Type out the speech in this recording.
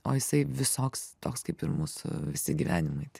o jisai visoks toks kaip ir mūsų visi gyvenimai